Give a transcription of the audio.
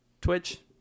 Twitch